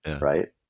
right